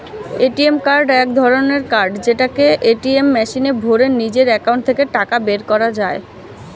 ATM card এক ধরণের card যেটাকে এটিএম মেশিনে ভরে নিজের একাউন্ট থেকে টাকা বের করা যায়